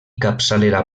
capçalera